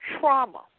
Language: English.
trauma